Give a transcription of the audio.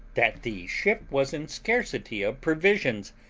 that the ship was in scarcity of provisions,